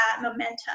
momentum